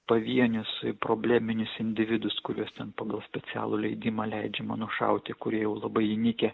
pavienius probleminius individus kuriuos ten pagal specialų leidimą leidžiama nušauti kurie jau labai įnikę